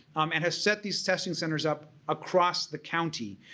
um and has set these testing centers up across the county.